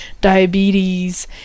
diabetes